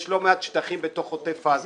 יש לא מעט שטחים בתוך עוטף עזה